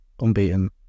unbeaten